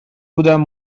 بودم